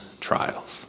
trials